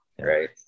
Right